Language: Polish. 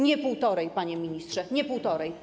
Nie półtorej, panie ministrze, nie półtorej.